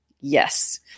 yes